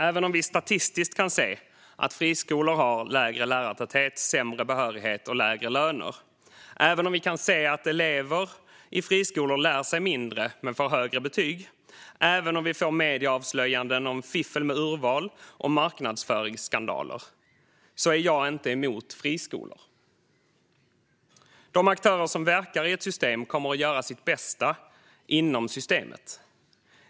Även om vi statistiskt kan se att friskolor har lägre lärartäthet, sämre behörighet och lägre löner, även om vi kan se att elever i friskolor lär sig mindre men får högre betyg och även om vi får medieavslöjanden om fiffel med urval och marknadsföringsskandaler är jag inte emot friskolor. De aktörer som verkar i ett system kommer att göra sitt bästa inom systemet.